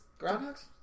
Groundhogs